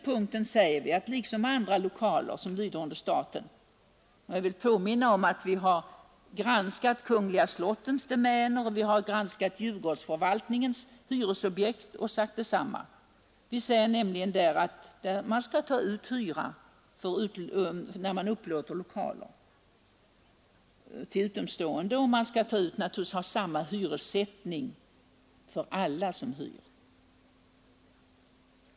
Man skall liksom för andra lokaler som lyder under staten — jag vill påminna om att vi har granskat de kungliga slottens domäner och granskat Djurgårdsförvaltningens hyresobjekt och sagt detsamma —'ta ut hyra när man upplåter lokaler till utomstående, och man skall naturligtvis ha samma hyressättning för alla som hyr.